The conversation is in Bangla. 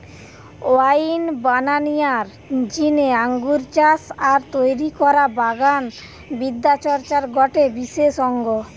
ওয়াইন বানানিয়ার জিনে আঙ্গুর চাষ আর তৈরি করা বাগান বিদ্যা চর্চার গটে বিশেষ অঙ্গ